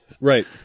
Right